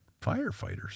firefighters